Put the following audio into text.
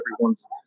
everyone's